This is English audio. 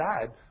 died